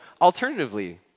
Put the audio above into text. Alternatively